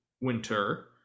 winter